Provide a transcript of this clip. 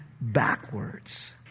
backwards